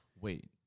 Wait